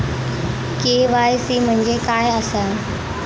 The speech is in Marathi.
के.वाय.सी म्हणजे काय आसा?